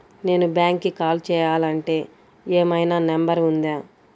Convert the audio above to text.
నేను బ్యాంక్కి కాల్ చేయాలంటే ఏమయినా నంబర్ ఉందా?